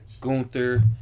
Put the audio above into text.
Gunther